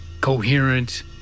coherent